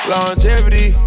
Longevity